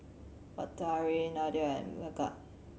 Batari Nadia and Megat